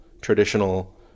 traditional